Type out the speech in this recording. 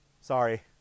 Sorry